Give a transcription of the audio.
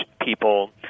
people